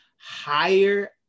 higher